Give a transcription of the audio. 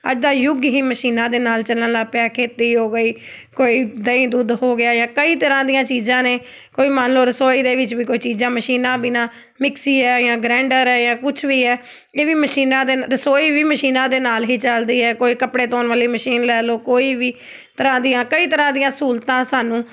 ਅੱਜ ਦਾ ਯੁੱਗ ਹੀ ਮਸ਼ੀਨਾਂ ਦੇ ਨਾਲ ਚੱਲਣ ਲੱਗ ਪਿਆ ਖੇਤੀ ਹੋ ਗਈ ਕੋਈ ਦਹੀਂ ਦੁੱਧ ਹੋ ਗਿਆ ਜਾਂ ਕਈ ਤਰ੍ਹਾਂ ਦੀਆਂ ਚੀਜ਼ਾਂ ਨੇ ਕੋਈ ਮੰਨ ਲਓ ਰਸੋਈ ਦੇ ਵਿੱਚ ਵੀ ਕੋਈ ਚੀਜ਼ਾਂ ਮਸ਼ੀਨਾਂ ਬਿਨਾਂ ਮਿਕਸੀ ਹੈ ਜਾਂ ਗਰੈਂਡਰ ਹੈ ਜਾਂ ਕੁਛ ਵੀ ਹੈ ਇਹ ਵੀ ਮਸ਼ੀਨਾਂ ਦੇ ਰਸੋਈ ਵੀ ਮਸ਼ੀਨਾਂ ਦੇ ਨਾਲ ਹੀ ਚੱਲਦੀ ਹੈ ਕੋਈ ਕੱਪੜੇ ਧੋਣ ਵਾਲੀ ਮਸ਼ੀਨ ਲੈ ਲਉ ਕੋਈ ਵੀ ਤਰ੍ਹਾਂ ਦੀਆਂ ਕਈ ਤਰ੍ਹਾਂ ਦੀਆਂ ਸਹੂਲਤਾਂ ਸਾਨੂੰ